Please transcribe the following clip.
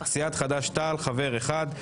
סיעת חד"ש-תע"ל חבר אחד.